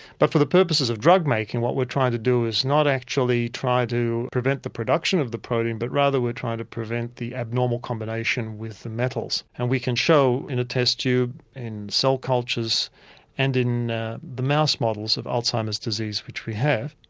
but for the purposes of drug making what we're trying to do is not actually try to prevent the production of the protein, but rather we're trying to prevent the abnormal combination with metals. and we can show in a test tube, in cell cultures and in the mouse models of alzheimer's disease which we have,